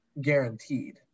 guaranteed